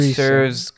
serves